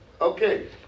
Okay